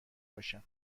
باشم